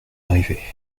arrivé